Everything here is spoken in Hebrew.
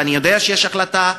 ואני יודע שיש החלטה,